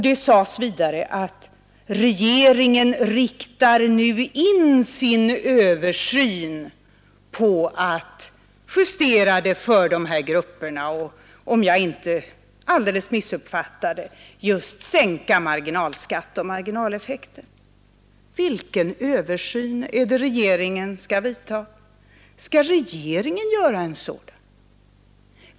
Det sades vidare att regeringen nu riktar in sin översyn på att justera skatten för dessa grupper och, om jag inte hörde alldeles fel, just minska marginalskatt och marginaleffekter. Vilken översyn är det regeringen skall vidta? Är det för övrigt regeringen som skall göra en sådan?